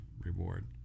reward